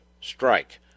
strike